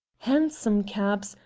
hansom cabs,